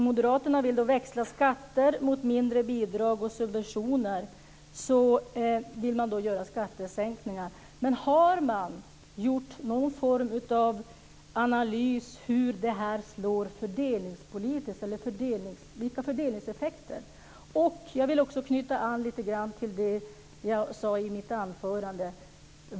Moderaterna vill växla skatter mot mindre bidrag och subventioner och göra skattesänkningar. Men har de gjort någon form av analys av hur det slår fördelningspolitiskt? Vilka fördelningseffekter får det? Jag vill också knyta an lite grann till det jag sade i mitt anförande.